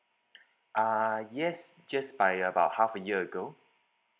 ah yes just by about half a year ago